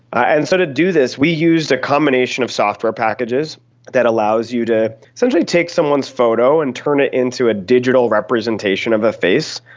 and so to do this we used a combination of software packages that allows you to essentially take someone's photo and turn it into a digital representation of a face,